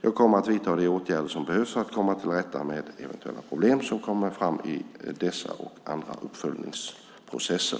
Jag kommer att vidta de åtgärder som behövs för att komma till rätta med eventuella problem som kommer fram i dessa och andra uppföljningsprocesser.